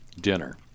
dinner